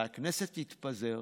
והכנסת תתפזר